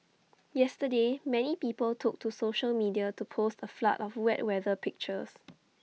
yesterday many people took to social media to post A flood of wet weather pictures